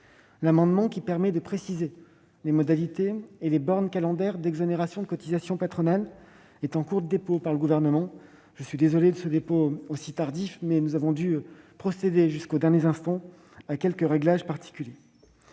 L'amendement visant à préciser les modalités et les bornes calendaires d'exonération de cotisations patronales est en cours de dépôt par le Gouvernement. Je suis désolé d'un tel retard, mais nous avons dû procéder jusqu'aux derniers instants à quelques réglages particuliers.